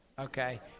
Okay